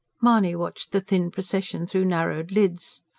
mahony watched the thin procession through narrowed lids.